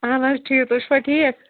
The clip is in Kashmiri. اَہَن حظ ٹھیٖک تُہۍ چھُوا ٹھیٖک